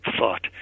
thought